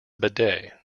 bidet